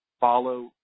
follow